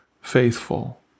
faithful